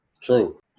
True